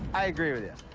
i agree with yeah